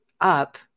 up